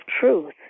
truth